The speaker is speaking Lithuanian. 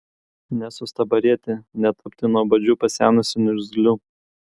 nesustabarėti netapti nuobodžiu pasenusiu niurzgliu